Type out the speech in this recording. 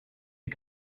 you